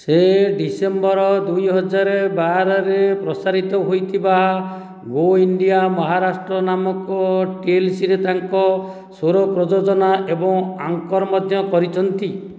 ସେ ଡିସେମ୍ବର ଦୁଇ ହଜାର ବାରରେ ପ୍ରସାରିତ ହୋଇଥିବା ଗୋ ଇଣ୍ଡିଆ ମହାରାଷ୍ଟ୍ର ନାମକ ଟିଏଲ୍ସିରେ ତାଙ୍କ ଶୋ'ର ପ୍ରଯୋଜନା ଏବଂ ଆଙ୍କର୍ ମଧ୍ୟ କରିଛନ୍ତି